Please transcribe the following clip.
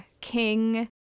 king